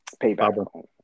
payback